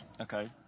Okay